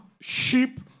sheep